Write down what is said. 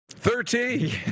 Thirteen